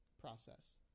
process